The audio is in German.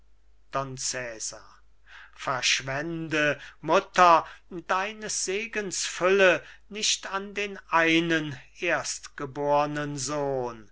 verschwende mutter deines segens fülle nicht an den einen erstgebornen sohn